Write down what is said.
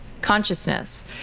consciousness